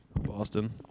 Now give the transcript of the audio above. Boston